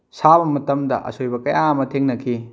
ꯁꯥꯕ ꯃꯇꯝꯗ ꯑꯁꯣꯏꯕ ꯀꯌꯥ ꯑꯃ ꯊꯦꯡꯅꯈꯤ